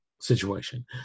situation